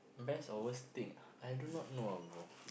best or worst thing ah I do not know ah bro